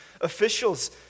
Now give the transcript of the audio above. official's